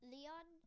Leon